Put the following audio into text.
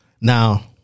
Now